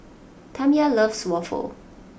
Tamya loves Waffle